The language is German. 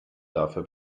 dafür